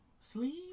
Sleep